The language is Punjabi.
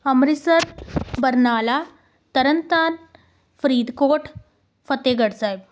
ਅੰਮ੍ਰਿਤਸਰ ਬਰਨਾਲਾ ਤਰਨਤਾਰਨ ਫਰੀਦਕੋਟ ਫਤਹਿਗੜ੍ਹ ਸਾਹਿਬ